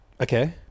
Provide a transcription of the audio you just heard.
okay